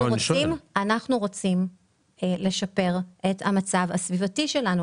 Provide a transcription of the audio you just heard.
אנחנו רוצים לשפר את המצב הסביבתי שלנו,